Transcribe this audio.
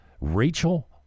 Rachel